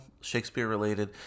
Shakespeare-related